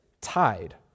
tied